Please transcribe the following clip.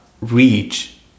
reach